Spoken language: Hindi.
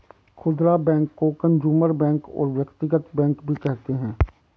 खुदरा बैंक को कंजूमर बैंक और व्यक्तिगत बैंक भी कहते हैं